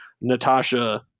Natasha